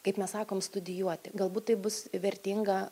kaip mes sakom studijuoti galbūt tai bus vertinga